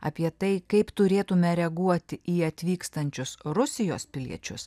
apie tai kaip turėtume reaguoti į atvykstančius rusijos piliečius